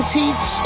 teach